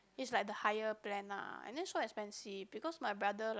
is like the higher plan lah and then so expensive because my brother like